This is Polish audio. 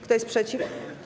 Kto jest przeciw?